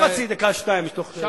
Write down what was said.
איך, חצי דקה, שתיים, מתוך, ?